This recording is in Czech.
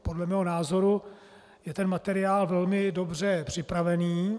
Podle mého názoru je ten materiál velmi dobře připravený.